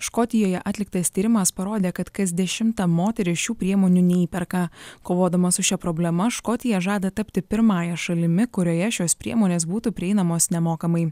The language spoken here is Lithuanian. škotijoje atliktas tyrimas parodė kad kas dešimta moteris šių priemonių neįperka kovodama su šia problema škotija žada tapti pirmąja šalimi kurioje šios priemonės būtų prieinamos nemokamai